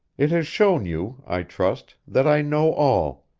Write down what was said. it has shown you, i trust, that i know all,